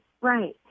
Right